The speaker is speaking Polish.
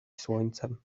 słońcem